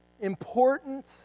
important